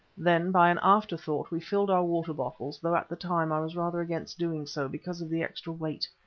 then, by an afterthought, we filled our water-bottles, though at the time i was rather against doing so, because of the extra weight.